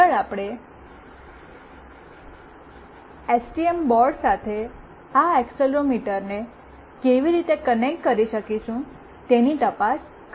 આગળ આપણે ACTM board સાથે આ એક્સેલરોમીટરને કેવી રીતે કનેક્ટ કરી શકીશું તેની તપાસ કરીશું